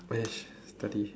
oh yes study